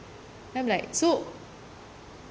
I'm like so